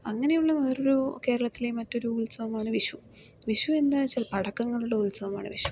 അങ്ങനെയുള്ള വേറൊരു കേരളത്തിലെ മറ്റൊരു ഉത്സവമാണ് വിഷു വിഷു എന്താന്ന് വെച്ചാൽ പടക്കങ്ങളുടെ ഉത്സവമാണ് വിഷു